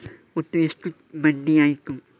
ಒಟ್ಟು ಎಷ್ಟು ಬಡ್ಡಿ ಆಯಿತು?